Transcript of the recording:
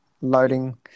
loading